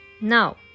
Now